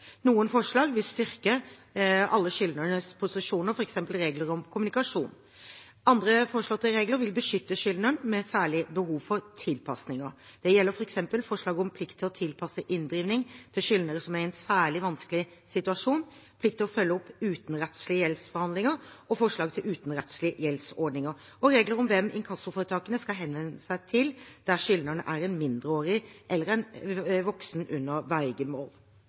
Noen forslag vil styrke alle skyldneres posisjon, f.eks. regler om kommunikasjon. Andre foreslåtte regler vil beskytte skyldnere med særlige behov for tilpasninger. Det gjelder f.eks. forslag om plikt til å tilpasse inndrivingen til skyldnere som er i en særlig vanskelig situasjon, plikt til å følge opp utenrettslige gjeldsforhandlinger, forslag til utenrettslige gjeldsordninger og regler om hvem inkassoforetakene skal henvende seg til når skyldneren er en mindreårig eller en voksen under